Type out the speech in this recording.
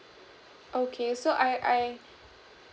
okay so I I